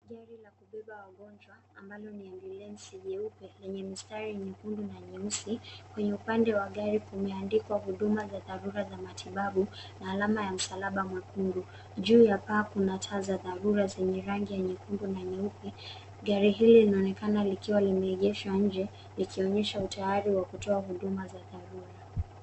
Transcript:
Gari la kubeba wagonjwa ambalo ni ambulensi nyeupe lenye mistari nyekundu na nyeusi. Kwenye upande wa gari kumeandikwa huduma za dharura za matibabu na alama ya msalaba mwekundu. Juu ya paa kuna taa za dharura zenye rangi ya nyekundu na nyeupe. Gari hili linaonekana likiwa limeegeshwa nje, ikionyesha utayari wa kutoa huduma za dharura.